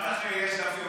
ואחר כך יש דף יומי,